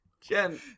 Jen